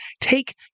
take